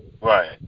right